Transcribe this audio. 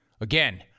Again